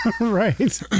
Right